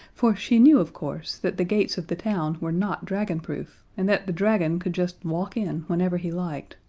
for she knew, of course, that the gates of the town were not dragonproof, and that the dragon could just walk in whenever he liked.